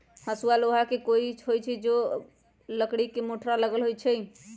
हसुआ लोहा के होई छई आ ओमे लकड़ी के मुठरा लगल होई छई